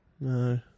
No